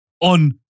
on